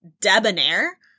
Debonair